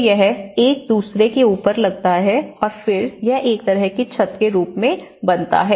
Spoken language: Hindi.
तो यह एक दूसरे के ऊपर लगता है और फिर यह एक तरह की छत के रूप में बनता है